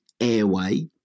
airway